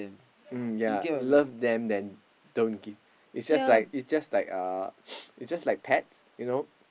mm yeah love them then don't give it's just like it's just like uh it's just like pet you know